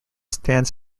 stands